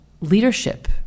leadership